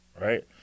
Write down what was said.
right